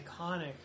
iconic